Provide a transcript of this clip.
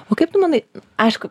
o kaip tu manai aišku